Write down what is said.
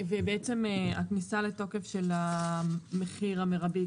הכניסה לתוקף של המחיר המרבי,